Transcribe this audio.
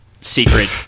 secret